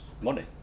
money